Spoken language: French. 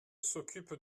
s’occupe